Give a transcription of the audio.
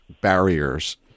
barriers